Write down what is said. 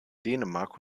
dänemark